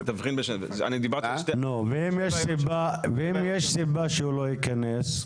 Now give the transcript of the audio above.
ואם יש סיבה שהוא לא ייכנס?